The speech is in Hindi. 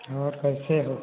और कैसे हो